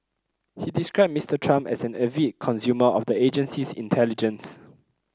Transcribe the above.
he described Mister Trump as an avid consumer of the agency's intelligence